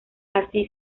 así